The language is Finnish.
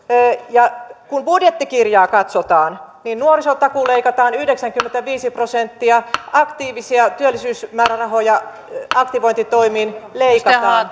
ja kun budjettikirjaa katsotaan niin nuorisotakuusta leikataan yhdeksänkymmentäviisi prosenttia työllisyysmäärärahoja aktivointitoimiin leikataan